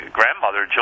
grandmother